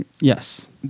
Yes